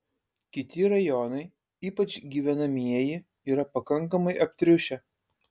kiti rajonai ypač gyvenamieji yra pakankamai aptriušę